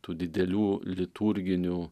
tų didelių liturginių